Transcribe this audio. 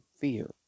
fear